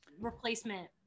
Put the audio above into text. replacement